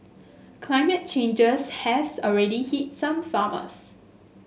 climate changes has already hit some farmers